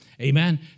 Amen